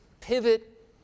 pivot